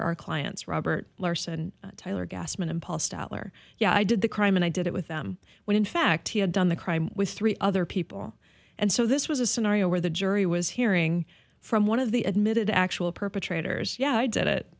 are our clients robert larson tyler gasman impulse tyler yeah i did the crime and i did it with them when in fact he had done the crime with three other people and so this was a scenario where the jury was hearing from one of the admitted actual perpetrators yeah i did it